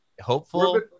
hopeful